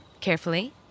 Carefully